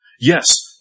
Yes